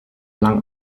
lang